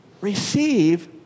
Receive